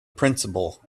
principle